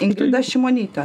ingrida šimonytė